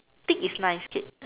thick is nice K